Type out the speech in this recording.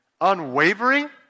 Unwavering